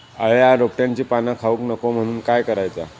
अळ्या रोपट्यांची पाना खाऊक नको म्हणून काय करायचा?